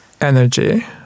Energy